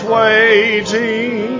waiting